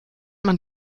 man